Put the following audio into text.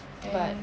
and